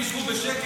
אם השרים ישבו בשקט,